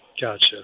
Gotcha